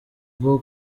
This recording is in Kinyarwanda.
bwo